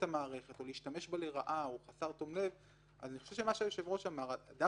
אני רוצה הפוך על הפוך, באינטרס שלכם